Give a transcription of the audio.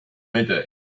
midday